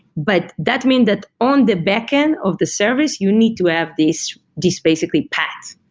but that mean that on the backend of the service, you need to have these these basically pat.